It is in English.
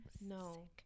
No